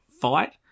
fight